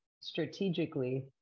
strategically